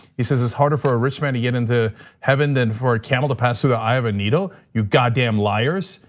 he says it's harder for a rich man to get into heaven than for camel to pass through the eye of a needle. you goddamn liars.